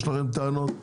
יש לכם טענות,